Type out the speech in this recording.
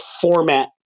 format